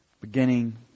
beginning